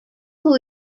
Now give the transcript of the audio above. who